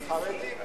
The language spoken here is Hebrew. החרדים.